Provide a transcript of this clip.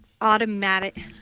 automatic